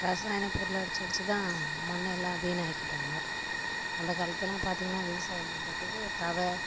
ரசாயன பொருளை அடித்து அடித்துதான் மண்ணை எல்லாம் வீணாக்கிட்டாங்க அந்த காலத்திலலாம் பார்த்திங்கனா விவசாயம் பண்றதுக்கு தழை